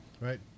right